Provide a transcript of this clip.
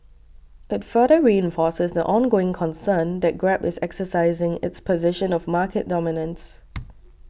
it further reinforces the ongoing concern that Grab is exercising its position of market dominance